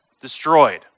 destroyed